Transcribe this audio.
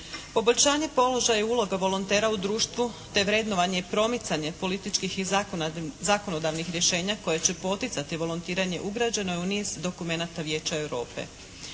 Poboljšanje položaja i uloga volontera u društvu te vrednovanje i promicanje političkih i zakonodavnih rješenja koja će poticati volontiranje ugrađeno je u niz dokumenata Vijeća Europe.